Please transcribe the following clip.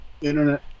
Internet